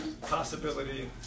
possibility